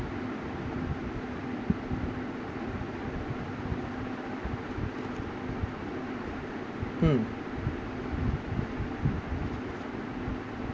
mm